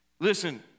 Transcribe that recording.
Listen